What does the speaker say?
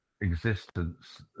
existence